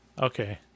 Okay